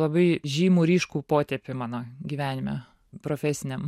labai žymų ryškų potėpį mano gyvenime profesiniam